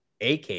AK